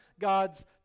God's